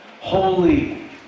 holy